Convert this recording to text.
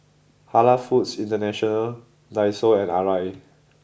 Halal Foods International Daiso and Arai